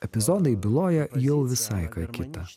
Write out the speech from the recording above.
epizodai byloja jau visai ką kita